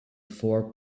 four